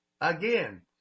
again